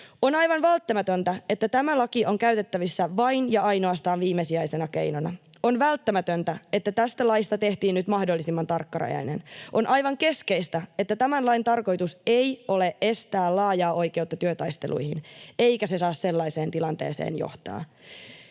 On aivan välttämätöntä, että tämä laki on käytettävissä vain ja ainoastaan viimesijaisena keinona. On välttämätöntä, että tästä laista tehtiin nyt mahdollisimman tarkkarajainen. On aivan keskeistä, että tämän lain tarkoitus ei ole estää laajaa oikeutta työtaisteluihin, eikä se saa sellaiseen tilanteeseen johtaa.